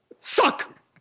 suck